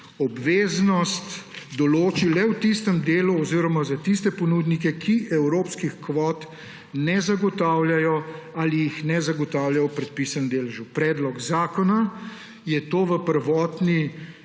obveznost določi le v tistem delu oziroma za tiste ponudnike, ki evropskih kvot ne zagotavljajo ali jih ne zagotavljajo v predpisanem deležu. Predlog zakona je to v prvotni